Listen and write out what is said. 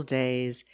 days